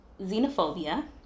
xenophobia